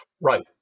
Right